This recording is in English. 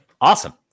Awesome